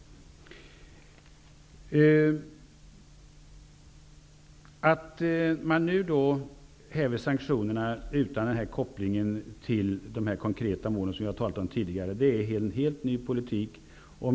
Att man nu häver sanktionerna utan koppling till de konkreta mål som jag har talat om tidigare är en helt ny politik.